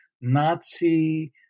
Nazi